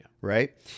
Right